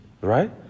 right